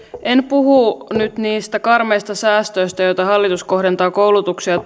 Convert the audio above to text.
en puhu nyt niistä karmeista säästöistä joita hallitus kohdentaa koulutukseen ja